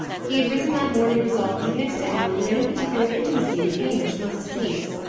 he had risen that morning resolved to hint to ellen that any particular intimacy with hamish must cease.